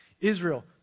Israel